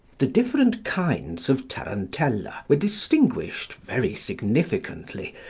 the different kinds of tarantella were distinguished, very significantly,